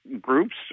groups